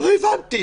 לא הבנתי.